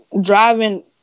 driving